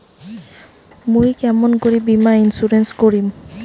মুই কেমন করি বীমা ইন্সুরেন্স করিম?